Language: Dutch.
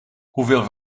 hoeveel